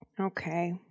Okay